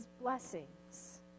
blessings